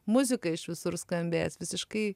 muzika iš visur skambės visiškai